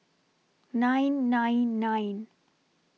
nine nine nine